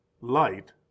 light